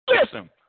Listen